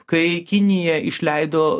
kai kinija išleido